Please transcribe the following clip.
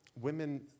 women